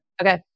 Okay